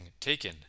taken